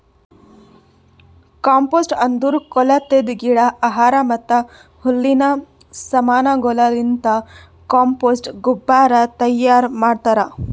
compost ಅಂದುರ್ ಕೊಳತಿದ್ ಗಿಡ, ಆಹಾರ ಮತ್ತ ಹುಲ್ಲಿನ ಸಮಾನಗೊಳಲಿಂತ್ ಕಾಂಪೋಸ್ಟ್ ಗೊಬ್ಬರ ತೈಯಾರ್ ಮಾಡ್ತಾರ್